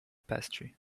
pastry